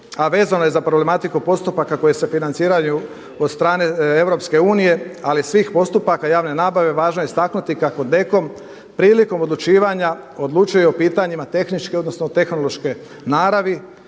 a vezano je za problematiku postupaka koji se financiraju od strane Europske unije ali svih postupaka javne nabave važno je istaknuti kako DKOM prilikom odlučivanja, odlučuje o pitanjima tehničke odnosno tehnološke naravi,